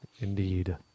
Indeed